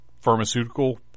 pharmaceutical